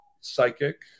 psychic